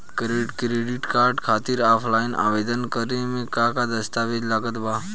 Credit card खातिर offline आवेदन करे म का का दस्तवेज लागत बा?